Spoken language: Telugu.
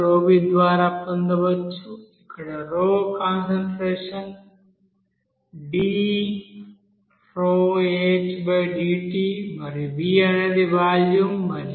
ద్వారా పొందవచ్చు ఇక్కడ కాన్సంట్రేషన్ మరియు V అనేది వాల్యూమ్ మరియు V